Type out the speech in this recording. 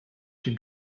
une